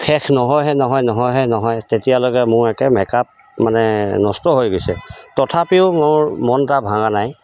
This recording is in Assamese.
শেষ নহয়হে নহয় নহয়হে নহয় তেতিয়ালৈকে মোৰ একে মেকআপ মানে নষ্ট হৈ গৈছে তথাপিও মোৰ মনটো ভাঙা নাই